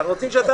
למילים